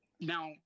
Now